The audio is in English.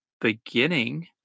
beginning